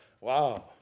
Wow